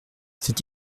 c’est